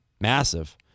Massive